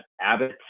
Abbott